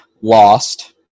lost